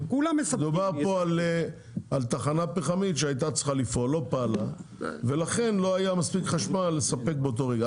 מדובר על תחנה פחמית שלא פעלה ולכן לא היה מספיק חשמל לספק באותו רגע.